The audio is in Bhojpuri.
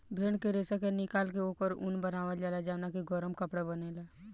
भेड़ के रेशा के निकाल के ओकर ऊन बनावल जाला जवना के गरम कपड़ा बनेला